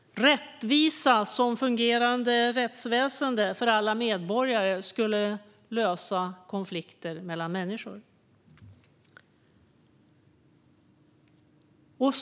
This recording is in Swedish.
Rättvisa som fungerande rättsväsen för alla medborgare skulle lösa konflikter mellan människor.